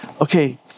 okay